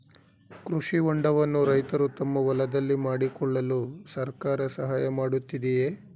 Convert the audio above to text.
ಕೃಷಿ ಹೊಂಡವನ್ನು ರೈತರು ತಮ್ಮ ಹೊಲದಲ್ಲಿ ಮಾಡಿಕೊಳ್ಳಲು ಸರ್ಕಾರ ಸಹಾಯ ಮಾಡುತ್ತಿದೆಯೇ?